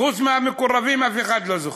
חוץ מהמקורבים אף אחד לא זוכה.